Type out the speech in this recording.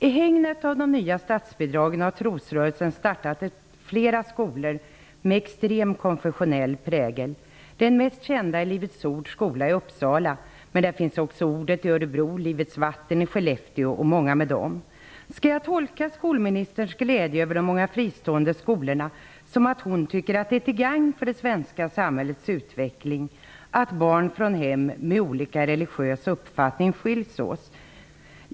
I hägnet av de nya statsbidragen har trosrörelsen startat flera skolor med extrem konfessionell prägel. Den mest kända är Livets Ords skola i Uppsala men där finns också Församlingen Ordets skola i Örebro, Livets Vattens Kristna Skola i Skellefteå och många andra. Skall jag tolka skolministerns glädje över de många fristående skolorna som att hon tycker att det är till gagn för det svenska samhällets utveckling att barn från hem med olika religiös uppfattning skiljs åt?